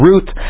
Ruth